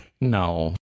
No